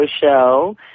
show